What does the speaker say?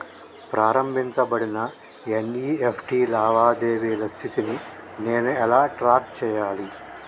ప్రారంభించబడిన ఎన్.ఇ.ఎఫ్.టి లావాదేవీల స్థితిని నేను ఎలా ట్రాక్ చేయాలి?